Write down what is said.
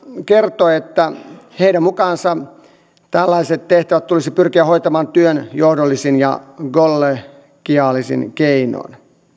kertoi että heidän mukaansa tällaiset tehtävät tulisi pyrkiä hoitamaan työnjohdollisin ja kollegiaalisin keinoin